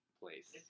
place